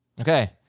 Okay